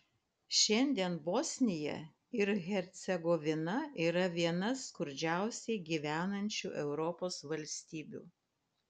šiandien bosnija ir hercegovina yra viena skurdžiausiai gyvenančių europos valstybių